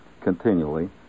continually